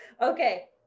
Okay